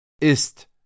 ist